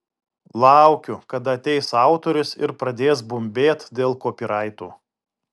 laukiu kada ateis autorius ir pradės bumbėt dėl kopyraitų